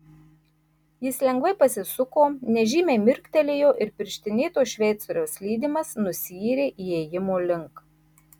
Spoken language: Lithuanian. jis lengvai pasisuko nežymiai mirktelėjo ir pirštinėto šveicoriaus lydimas nusiyrė įėjimo link